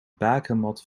bakermat